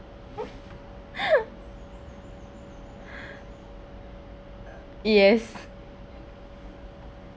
yes